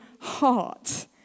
heart